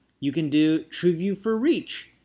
you can do trueview for reach,